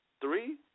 three